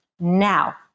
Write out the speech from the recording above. now